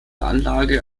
anlage